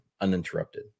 uninterrupted